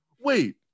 Wait